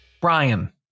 Brian